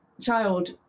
child